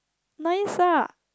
mine lah